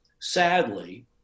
Sadly